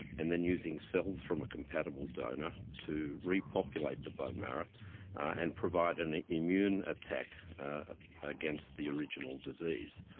and then using cells from a compatible donor to repopulate the bone marrow and provide an immune attack against the original disease.